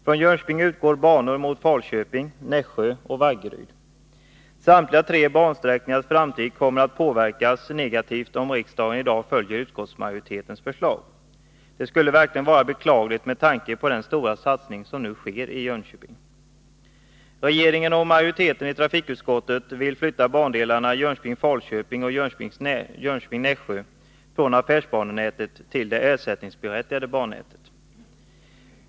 Från Jönköping utgår banor mot Falköping, Nässjö och Vaggeryd. Samtliga tre bansträckningars framtid kommer att påverkas negativt om riksdagen i dag följer utskottsmajoritetens förslag. Det skulle verkligen vara beklagligt, med tanke på den stora satsning som nu sker i Jönköping. Regeringen och majoriteten i trafikutskottet vill flytta bandelarna Jönköping-Falköping och Jönköping-Nässjö från affärsbanenätet till det ersättningsberättigade nätet.